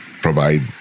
provide